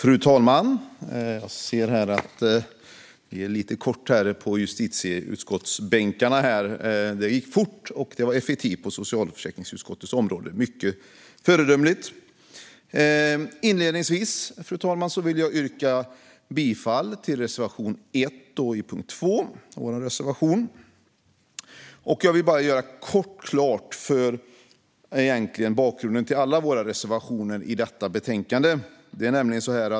Tullverket ges en utökad möjlighet att ingripa mot brott Fru talman! Det är än så länge lite tomt i justitieutskottets bänkar. Det gick fort på socialförsäkringsutskottets område. Det var effektivt och mycket föredömligt. Fru talman! Inledningsvis yrkar jag bifall till vår reservation 1 under punkt 2. Jag vill bara kort redogöra för bakgrunden till egentligen alla våra reservationer i detta betänkande.